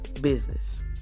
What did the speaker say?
business